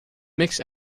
mix